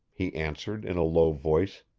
he answered in a low voice,